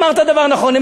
אמרת דבר נכון: הם